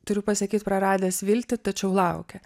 turiu pasakyt praradęs viltį tačiau laukia